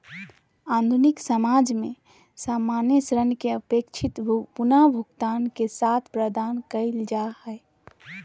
आधुनिक समाज में सामान्य ऋण के अपेक्षित पुनर्भुगतान के साथ प्रदान कइल जा हइ